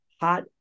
hot